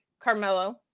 Carmelo